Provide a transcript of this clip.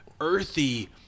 earthy